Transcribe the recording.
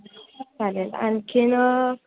चालेल आणखीन